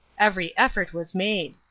every effort was made.